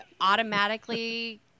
automatically